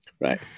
Right